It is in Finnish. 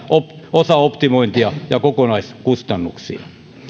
osaoptimointia ja kokonaiskustannuksia